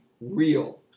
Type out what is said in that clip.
real